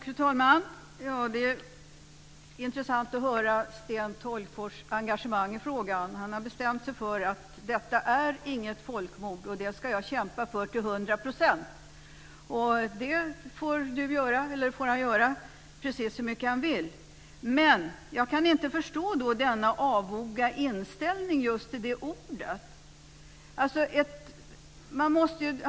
Fru talman! Det är intressant att höra Sten Tolgfors engagemang i frågan. Han har bestämt sig för att detta inte är något folkmord, och det ska han kämpa för till hundra procent. Det får han göra hur mycket han vill, men jag kan inte förstå denna avoga inställning till just det ordet.